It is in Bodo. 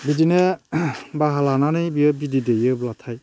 बिदिनो बाहा लानानै बियो बिदै दैयोब्लाथाय